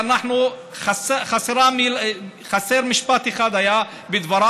היה חסר משפט אחד בדבריו,